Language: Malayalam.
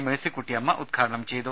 മേഴ്സിക്കുട്ടിയമ്മ ഉദ്ഘാടനം ചെയ്തു